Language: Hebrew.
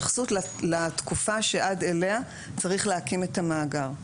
כרגע אין התייחסות לתקופה שעד אליה צריך להקים את המאגר.